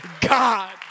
God